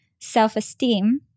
Self-esteem